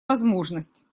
возможность